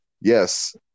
yes